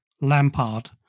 Lampard